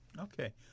Okay